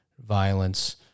violence